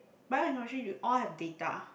bio and chemistry you all have data